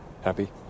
Happy